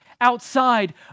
outside